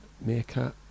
Meerkat